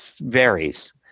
varies